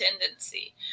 tendency